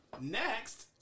Next